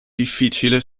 difficile